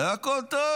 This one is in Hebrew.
זה, הכול טוב,